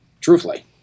truthfully